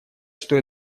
что